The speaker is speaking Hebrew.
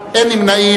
עיתונים וספרים,